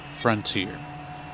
Frontier